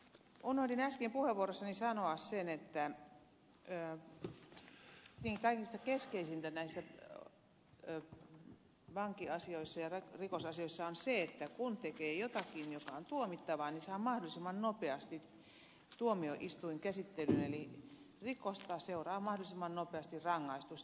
unohdin äsken puheenvuorossani sanoa sen että tietenkin kaikista keskeisintä näissä vankiasioissa ja rikosasioissa on se että kun tekee jotakin joka on tuomittavaa niin saa mahdollisimman nopeasti tuomioistuinkäsittelyn eli rikosta seuraa mahdollisimman nopeasti rangaistus